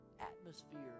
atmosphere